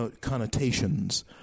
connotations